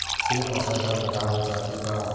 से फसल ह खराब हो जाथे का?